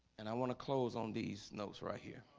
and i want to close on these notes right here